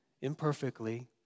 imperfectly